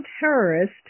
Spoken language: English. terrorist